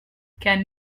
can